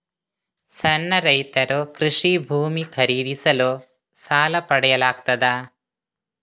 ಸಣ್ಣ ರೈತರು ಕೃಷಿ ಭೂಮಿ ಖರೀದಿಸಲು ಸಾಲ ಪಡೆಯಲು ಆಗ್ತದ?